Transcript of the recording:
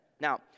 Now